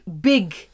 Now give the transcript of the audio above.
big